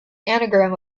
anagram